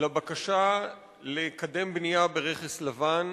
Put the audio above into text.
לבקשה לקדם בנייה ברכס לבן.